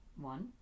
one